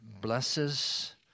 blesses